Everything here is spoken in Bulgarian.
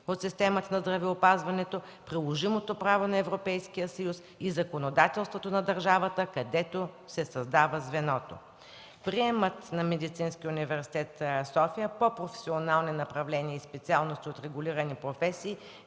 от системата на здравеопазването, приложимото право на Европейския съюз и законодателството на държавата, където се създава звеното. Приемът на Медицинския университет – София, по професионални направления и специалности от регулирани професии